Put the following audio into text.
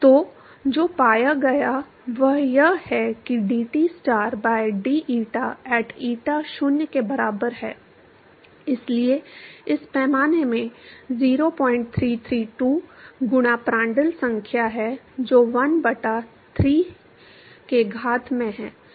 तो जो पाया गया वह यह है कि dTstar by deta at eta 0 के बराबर है इसलिए इस पैमाने में 0332 गुणा प्रांड्टल संख्या है जो 1 बटा 3 के घात में है